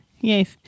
Yes